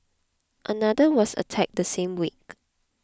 another was attacked the same week